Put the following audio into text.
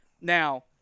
Now